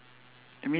they need twelve